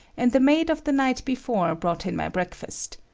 and the maid of the night before brought in my breakfast.